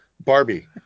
Barbie